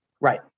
Right